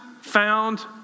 found